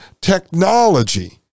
technology